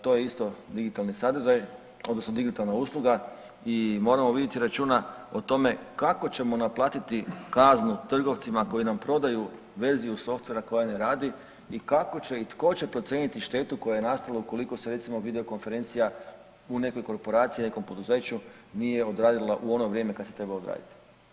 To je isto digitalni sadržaj odnosno digitalna usluga i moramo viditi računa o tome kako ćemo naplatiti kaznu trgovcima koji nam prodaju verziju softvera koja ne radi i kako će i tko će procijeniti štetu koja je nastala ukoliko se recimo video konferencija u nekoj korporaciji, u nekom poduzeću nije odradila u ono vrijeme kad se treba odraditi.